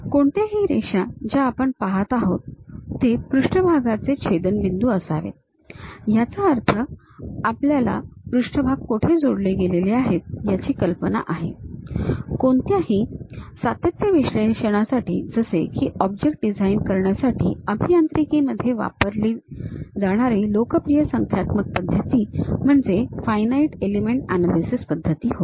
कोणत्याही रेषा ज्या आपण पाहत आहोत ते पृष्ठभागांचे छेदनबिंदू असावेत याचा अर्थ आपल्याला पृष्ठभाग कुठे जोडलेले आहेत याची कल्पना आहे कोणत्याही सातत्य विश्लेषणासाठी जसे की ऑब्जेक्ट्स डिझाइन करण्यासाठी अभियांत्रिकी मध्ये वापरली लोकप्रिय संख्यात्मक पद्धतींपैकी एक म्हणजे फायनाईट एलिमेंट अँन्यालीसीस पद्धती होय